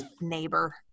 neighbor